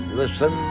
listen